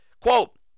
Quote